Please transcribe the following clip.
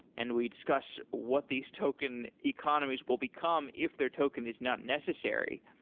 and we discuss what these token economies will become if their token is not necessary.